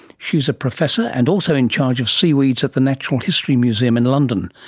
she is a professor and also in charge of seaweeds at the natural history museum in london,